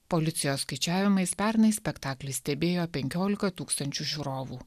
policijos skaičiavimais pernai spektaklį stebėjo penkiolika tūkstančių žiūrovų